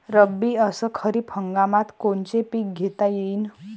रब्बी अस खरीप हंगामात कोनचे पिकं घेता येईन?